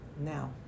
Now